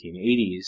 1880s